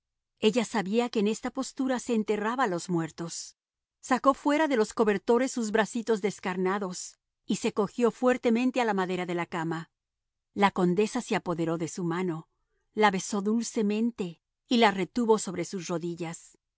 ella sabía que en esta postura se enterraba a los muertos sacó fuera de los cobertores sus bracitos descarnados y se cogió fuertemente a la madera de la cama la condesa se apoderó de su mano la besó dulcemente y la retuvo sobre sus rodillas